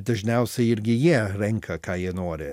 dažniausiai irgi jie renka ką jie nori